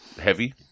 heavy